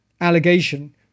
allegation